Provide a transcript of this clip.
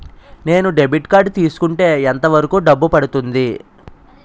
నేను debit card తీసుకుంటే ఎంత వరకు డబ్బు పడుతుంది?